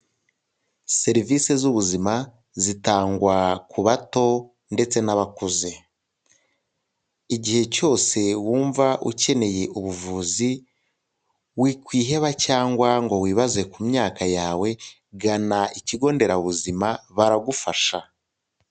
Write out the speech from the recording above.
Serivise z'ubuzima zitangwa ku bato ndetse nabakuze, igihe cyose wumva ukeneye ubuvuzi wikwiheba cyangwa ngo wibaze ku myaka yawe gana ikigo nderabuzima baragufasha.